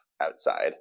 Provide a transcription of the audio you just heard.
outside